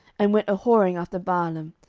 and went a whoring after baalim,